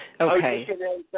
Okay